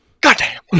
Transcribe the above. Goddamn